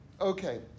Okay